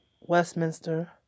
Westminster